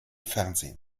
fernsehen